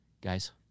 Guys